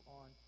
on